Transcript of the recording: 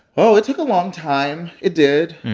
oh, it took a long time. it did.